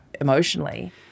emotionally